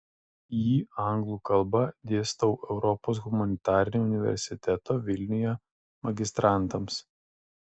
jį anglų kalba dėstau europos humanitarinio universiteto vilniuje magistrantams